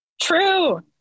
True